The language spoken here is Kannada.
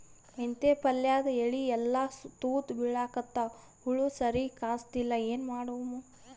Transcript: ಮೆಂತೆ ಪಲ್ಯಾದ ಎಲಿ ಎಲ್ಲಾ ತೂತ ಬಿಳಿಕತ್ತಾವ, ಹುಳ ಸರಿಗ ಕಾಣಸ್ತಿಲ್ಲ, ಏನ ಮಾಡಮು?